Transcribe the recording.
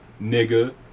nigga